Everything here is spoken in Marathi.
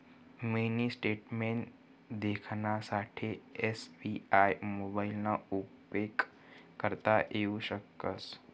मिनी स्टेटमेंट देखानासाठे एस.बी.आय मोबाइलना उपेग करता येऊ शकस